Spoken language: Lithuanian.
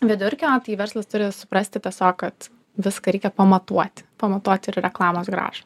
vidurkio tai verslas turi suprasti tiesiog kad viską reikia pamatuoti pamatuoti ir reklamos grąžą